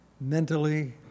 mentally